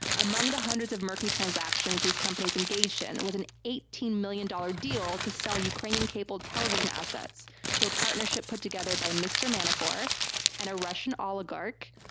among the hundreds of murky transactions these companies engaged in, was an eighteen million dollars deal to sell ukrainian cable television assets to a partnership put together by mr. manafort and a russian oligarch,